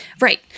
Right